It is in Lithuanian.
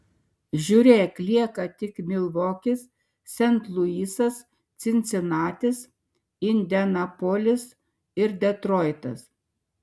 žiūrėk lieka tik milvokis sent luisas cincinatis indianapolis ir detroitas